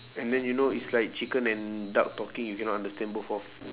and then you know it's like chicken and duck talking you cannot understand both of